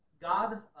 God